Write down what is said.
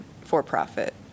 for-profit